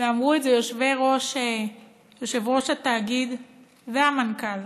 ואמרו את זה יושב-ראש התאגיד והמנכ"ל,